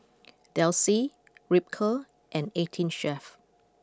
Delsey Ripcurl and Eighteen Chef